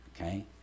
Okay